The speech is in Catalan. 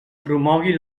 promogui